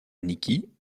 nikki